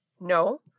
No